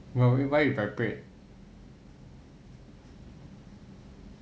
okay why it vibrate